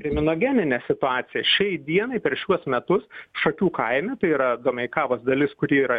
kriminogeninę situaciją šiai dienai per šiuos metus šakių kaime tai yra domeikavos dalis kuri yra